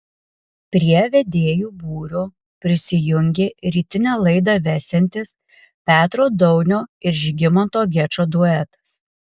prie vedėjų būrio prisijungė rytinę laidą vesiantis petro daunio ir žygimanto gečo duetas